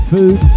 Food